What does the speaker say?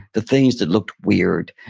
the things that looked weird,